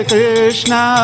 Krishna